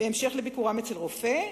כהמשך לביקורם אצל רופא,